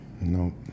No